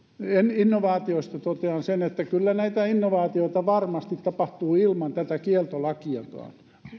innovaatioista totean sen että kyllä näitä innovaatioita varmasti tapahtuu ilman tätä kieltolakiakin